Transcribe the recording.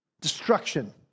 destruction